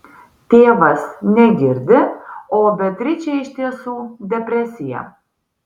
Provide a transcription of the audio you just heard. tėvas negirdi o beatričei iš tiesų depresija